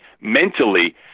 mentally